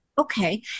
Okay